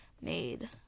made